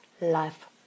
life